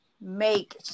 make